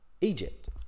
Egypt